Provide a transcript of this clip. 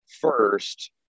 first